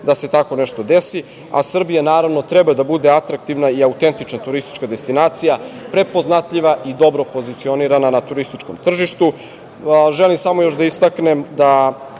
da se tako nešto desi. Srbija, naravno, treba da bude atraktivna i autentična turistička destinacija, prepoznatljiva i dobro pozicionirana na turističkom tržištu. Želim još samo da istaknem i